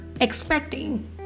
expecting